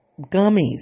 gummies